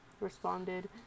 responded